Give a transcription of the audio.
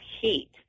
heat